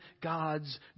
God's